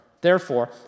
Therefore